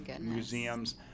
Museums